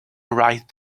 right